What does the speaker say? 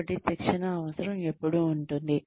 కాబట్టి శిక్షణ అవసరం ఎపుడు ఉంటుంది